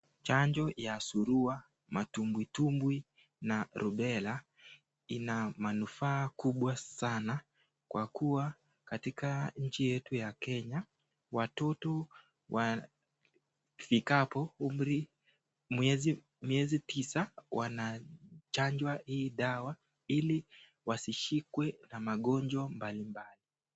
Chanjo ya surua, matumbwi tumbwi na rubela, ina manufaa kubwa sana kwa kuwa kitaka nchi yetu ya kenya, watoto wafikapo umri wa miezi tisa wanachanjwa hii dawa ili wasishikwe na magonjwa mmbalimbali.